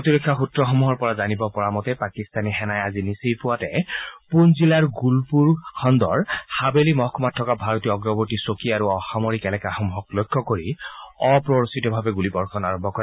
প্ৰতিৰক্ষা সূত্ৰসমূহৰ পৰা জানিব পৰা মতে পাকিস্তানী সেনাবাহিনীয়ে আজি নিচেই পুৱাতে পুঞ্চজিলাত গুলপুৰ খণ্ডৰ হাৱেলি মহকুমাত থকা ভাৰতীয় অগ্ৰৱৰ্তি চকী আৰু অসামৰিক এলেকাসমূহক লক্ষ্য কৰি অপ্ৰৰোচিতভাৱে গুলিবৰ্যণ আৰম্ভ কৰে